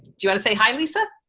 you wanna say hi lisa?